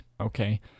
Okay